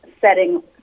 setting